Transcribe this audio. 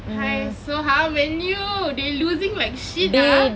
!hais! so how Man U they losing like shit ah